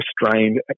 restrained